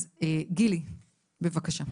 אז, גילי, בבקשה.